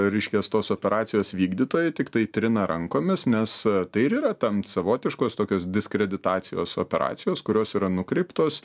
ir reiškias tos operacijos vykdytojai tiktai trina rankomis nes tai ir yra tam savotiškos tokios diskreditacijos operacijos kurios yra nukreiptos